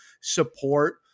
support